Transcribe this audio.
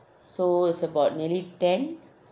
so it's about nearly ten